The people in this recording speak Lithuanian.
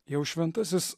jau šventasis